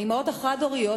האמהות החד-הוריות,